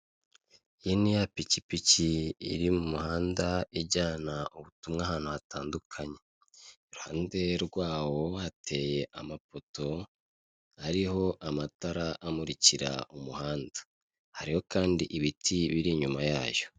Iyi niya pikipiki iri m'umuhanda ijyana ubutumwa ahantu hatandukanye, iruhande rwawo hateye amapoto ariho amatara amurikira umuhanda, hariho kandi ibiti biri inyuma yayo.